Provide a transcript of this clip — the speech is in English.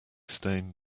stain